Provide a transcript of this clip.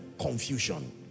Confusion